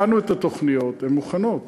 הכנו את התוכניות, הן מוכנות,